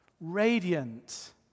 radiant